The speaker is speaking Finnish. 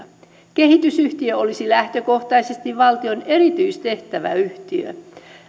kehitysyhtiö olisi lähtökohtaisesti valtion erityistehtäväyhtiö